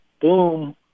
boom